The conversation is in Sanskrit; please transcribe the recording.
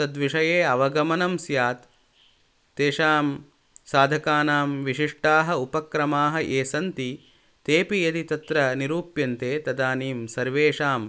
तद्विषये अवगमनं स्यात् तेषां साधकानां विशिष्टाः उपक्रामाः ये सन्ति तेऽपि यदि तत्र निरूप्यन्ते तदानीं सर्वेषां